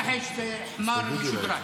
תופס.